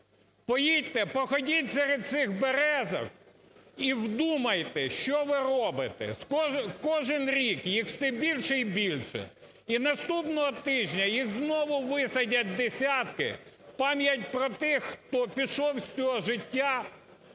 Поїдьте, походіть серед цих березок і вдумайтесь, що ви робите. Кожен рік їх все більше і більше. І наступного тижня їх знову висадять десятки в пам'ять про тих, хто пішов з цього життя